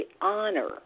honor